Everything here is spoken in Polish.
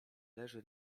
leży